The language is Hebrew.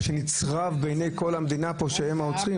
מה שנצרב בעיניי כל המדינה פה שהם הרוצחים.